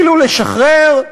התחילו לשחרר,